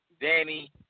Danny